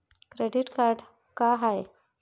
Credit card का हाय?